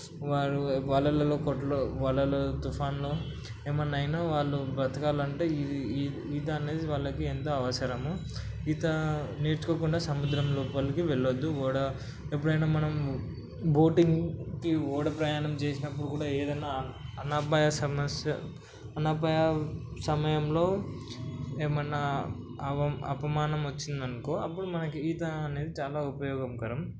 వాళ్ళు వాళ్ళలో వాళ్ళలో తుఫాన్లు ఏమైనా అయినా వాళ్ళు బ్రతకాలి అంటే ఇది ఈత అనేది వాళ్ళకి ఎంతో అవసరము ఈత నేర్చుకోకుండా సముద్రం లోపలికి వెళ్ళొద్దు ఓడ ఎప్పుడైనా మనము బోటింగ్కి ఓడ ప్రయాణం చేసినప్పుడు కూడా ఏదైనా అనాపాయ సమస్య ఆనాపాయ సమయంలో ఏమైనా అపమానం వచ్చిందనుకో అప్పుడు మనకి ఈత అనేది చాలా ఉపయోగకరం